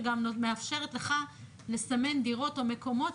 שגם מאפשרת לך לסמן דירות או מקומות,